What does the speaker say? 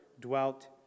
dwelt